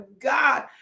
God